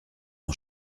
mon